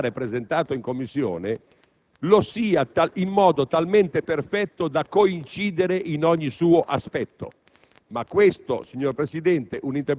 all'emendamento parlamentare presentato in Commissione, lo sia in modo talmente perfetto da coincidere in ogni suo aspetto.